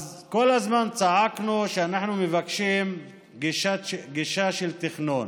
אז כל הזמן צעקנו שאנחנו מבקשים פגישה על תכנון.